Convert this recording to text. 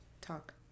talk